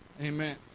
Amen